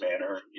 manner